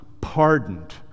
Pardoned